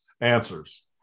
answers